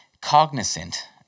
cognizant